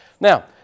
Now